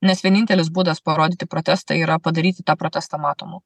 nes vienintelis būdas parodyti protestą yra padaryti tą protestą matomu